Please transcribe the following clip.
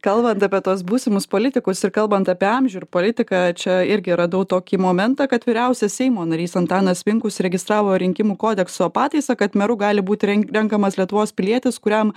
kalbant apie tuos būsimus politikus ir kalbant apie amžių ir politiką čia irgi radau tokį momentą kad vyriausias seimo narys antanas vinkus registravo rinkimų kodekso pataisą kad meru gali būti ren renkamas lietuvos pilietis kuriam